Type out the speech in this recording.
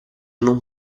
non